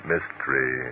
Mystery